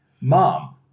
Mom